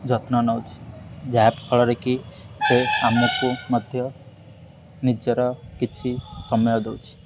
ଯତ୍ନ ନେଉଛି ଯାହାଫଳରେକି ସେ ଆମକୁ ମଧ୍ୟ ନିଜର କିଛି ସମୟ ଦେଉଛି